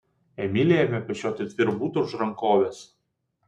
emilija ėmė pešioti tvirbutą už rankovės